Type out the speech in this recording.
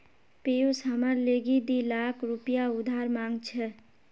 पियूष हमार लीगी दी लाख रुपया उधार मांग छ